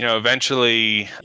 you know eventually,